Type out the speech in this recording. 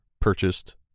purchased